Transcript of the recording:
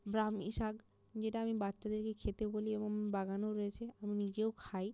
ব্রাহ্মিশাক যেটা আমি বাচ্চাদেরকে খেতে বলি এবং বাগানও রয়েছে আমি নিজেও খাই